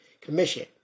commission